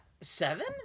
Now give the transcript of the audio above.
seven